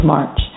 March